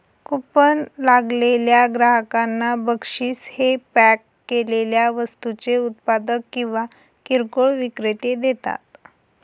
coupon लागलेल्या ग्राहकांना बक्षीस हे पॅक केलेल्या वस्तूंचे उत्पादक किंवा किरकोळ विक्रेते देतात